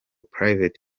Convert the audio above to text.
private